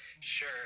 Sure